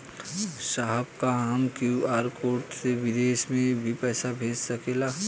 साहब का हम क्यू.आर कोड से बिदेश में भी पैसा भेज सकेला?